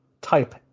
type